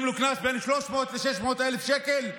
לו קנס בין 300,000 ל-600,000 שקלים?